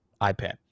iPad